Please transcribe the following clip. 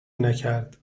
نکرد